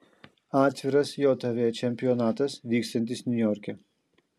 atviras jav čempionatas vykstantis niujorke